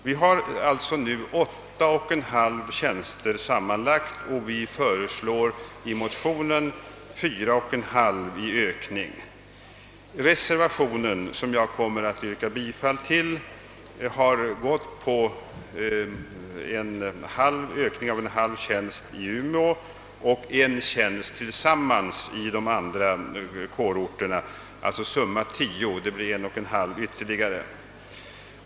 Således har vi nu sammanlagt 8! > tjänster till sammanlagt 13 tjänster. Reservationen, som jag kommer att yrka bifall till, tillstyrker en ökning med en halv tjänst i Umeå och en tjänst tillsammans i de andra kårorterna, d. v. s. tillsammanlagt tio.